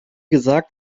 gesagt